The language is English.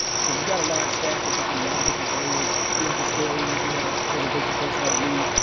because we got a large staff that come from a lot of different areas. we have historians, we have preservation folks like lee.